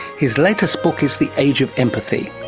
his latest book is the age of empathy.